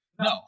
No